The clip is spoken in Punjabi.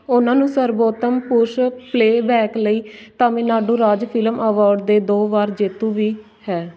ਉਹਨਾਂ ਨੂੰ ਸਰਬੋਤਮ ਪੁਰਸ਼ ਪਲੇਅ ਬੈਕ ਲਈ ਤਾਮਿਲਨਾਡੂ ਰਾਜ ਫਿਲਮ ਅਵਾਰਡ ਦੇ ਦੋ ਵਾਰ ਜੇਤੂ ਵੀ ਹੈ